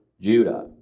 Judah